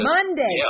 Monday